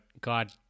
god